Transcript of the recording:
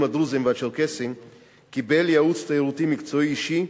הדרוזיים והצ'רקסיים קיבל ייעוץ תיירותי מקצועי אישי,